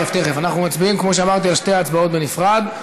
אנחנו מצביעים, כמו שאמרתי, על שתי ההצעות בנפרד.